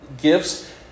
gifts